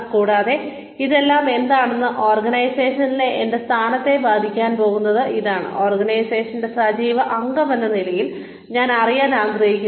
കൂടാതെ ഇതെല്ലാം എങ്ങനെയാണ് ഓർഗനൈസേഷനിലെ എന്റെ സ്ഥാനത്തെ ബാധിക്കാൻ പോകുന്നത് ഇതാണ് ഓർഗനൈസേഷന്റെ സജീവ അംഗമെന്ന നിലയിൽ ഞാൻ അറിയാൻ ആഗ്രഹിക്കുന്നത്